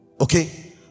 Okay